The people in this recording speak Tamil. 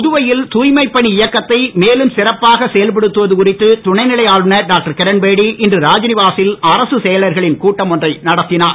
புதுவையில் தூய்மைப் பணி இயக்கத்தை மேலும் சிறப்பாக செயல்படுத்துவது குறித்து துணைநிலை ஆளுநர் டாக்டர் கிரண்பேடி இன்று ராத்நிவாசில் அரசுச் செயலர்களின் கூட்டம் ஒன்றை நடத்தினார்